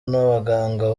n’abaganga